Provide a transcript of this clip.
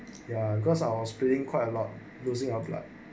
ya cause I was feeling quite a lot losing blood